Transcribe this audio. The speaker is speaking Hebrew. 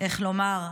איך לומר?